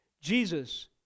Jesus